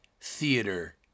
theater